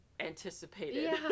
Anticipated